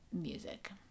music